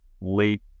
late